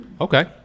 Okay